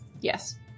Yes